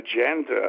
agenda